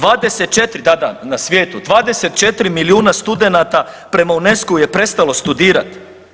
24, da, da, na svijetu, 24 milijuna studenata prema UNESCO-u je prestalo studirati.